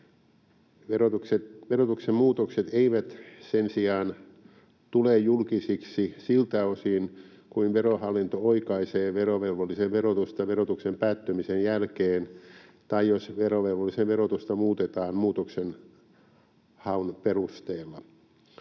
Verotuksen muutokset eivät sen sijaan tule julkisiksi siltä osin kuin Verohallinto oikaisee verovelvollisen verotusta verotuksen päättymisen jälkeen tai jos verovelvollisen verotusta muutetaan muutoksenhaun perusteella.